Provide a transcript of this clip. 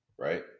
Right